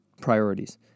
priorities